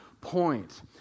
point